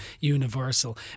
universal